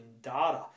data